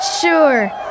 Sure